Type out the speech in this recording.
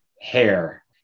hair